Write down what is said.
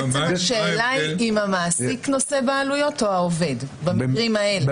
בעצם השאלה אם המעסיק נושא בעלויות או העובד במקרים האלה,